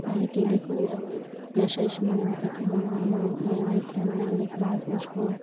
पहले केले को नर्सरी से मंगवाती थी मंगवाई थी मंगवाने के बाद उसको